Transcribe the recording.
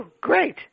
Great